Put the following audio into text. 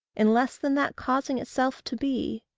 in less than that causing itself to be.